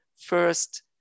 first